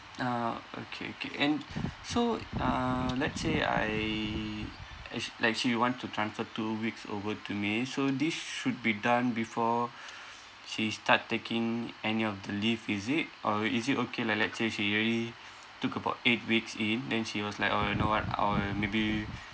ah okay okay and so uh let's say I actu~ like she want to transfer two weeks over to me so this should be done before she start taking any of the leave is it or is it okay like let's say she already took about eight weeks in then she was like uh you know what I will maybe